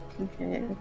Okay